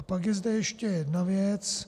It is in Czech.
Pak je zde ještě jedna věc.